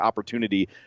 opportunity